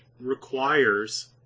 requires